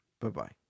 Bye-bye